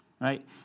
right